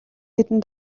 хэдэн